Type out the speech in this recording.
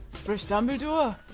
fresh dumbledore?